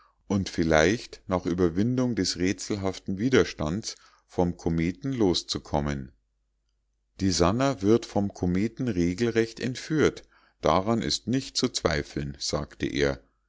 und vielleicht nach überwindung des rätselhaften widerstands vom kometen loszukommen die sannah wird vom kometen regelrecht entführt daran ist nicht zu zweifeln sagte er